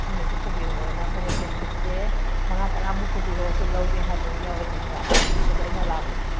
ꯃꯣꯏꯅꯁꯨ ꯄꯨꯕꯤꯔꯛꯑꯣꯅ ꯐꯅꯦꯛꯁꯦ ꯁꯨꯠꯁꯦ ꯃꯉꯥ ꯇꯔꯥ ꯃꯨꯛ ꯄꯨꯕꯤꯔꯛꯑꯣ ꯑꯩꯈꯣꯏ ꯂꯧꯒꯦ ꯍꯥꯏꯕ ꯌꯥꯎꯔꯛꯑꯦꯕ ꯑꯗꯣ ꯑꯩꯅ ꯂꯥꯛꯄꯗꯤ